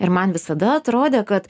ir man visada atrodė kad